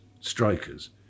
strikers